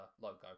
logo